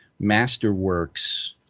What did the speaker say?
Masterworks